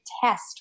test